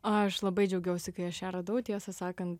aš labai džiaugiausi kai aš ją radau tiesą sakant